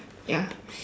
ya